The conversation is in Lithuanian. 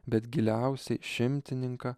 bet giliausiai šimtininką